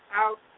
out